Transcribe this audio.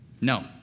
No